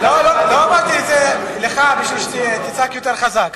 לא אמרתי לך את זה בשביל שתצעק יותר חזק.